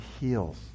heals